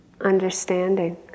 understanding